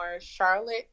charlotte